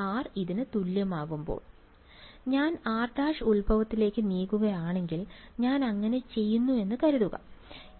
വിദ്യാർത്ഥി r ഇതിനു തുല്യമാകുംപോൾ ഞാൻ r′ ഉത്ഭവത്തിലേക്ക് നീങ്ങുകയാണെങ്കിൽ ഞാൻ അങ്ങനെ ചെയ്യുന്നു എന്ന് കരുതുക